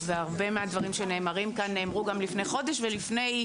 והרבה מהדברים שנאמרים כאן נאמרו גם לפני חודש ולפני,